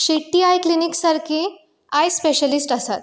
शेट्टी आय क्लिनिक सारकीं आय स्पेशलिस्ट आसात